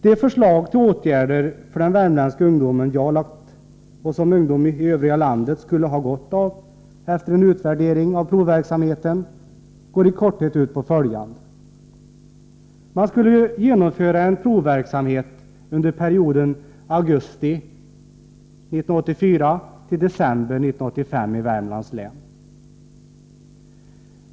Det förslag till åtgärder för den värmländska ungdomen som jag har lagt fram, som ungdomarna i övriga landet skulle ha gott av efter en utvärdering av provverksamheten, går i korthet ut på följande. Man skulle genomföra en provverksamhet under perioden augusti 1984— december 1985 i Värmlands län.